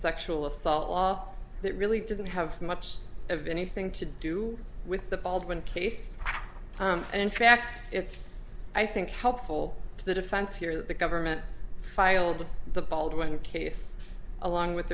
sexual assault law that really didn't have much of anything to do with the baldwin case and in fact it's i think helpful to the defense here that the government filed with the baldwin case along with